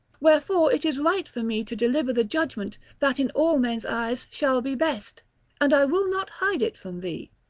wherefore it is right for me to deliver the judgement that in all men's eyes shall be best and i will not hide it from thee.